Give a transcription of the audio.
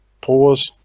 pause